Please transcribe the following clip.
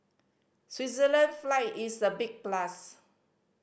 Switzerland flag is a big plus